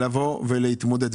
לבוא ולהתמודד.